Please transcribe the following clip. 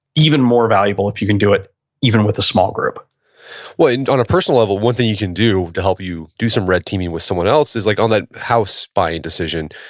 even more valuable if you can do it even with a small group well, and on a personal level, one thing you can do to help you do some red teaming with someone else is like on that house buying decision,